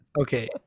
Okay